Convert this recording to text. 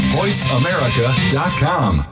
voiceamerica.com